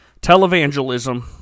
televangelism